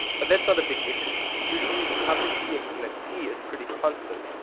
but that's not a big issue, usually the public key exponent e is pretty constant,